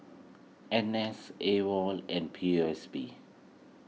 N S Awol and P O S B